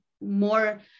more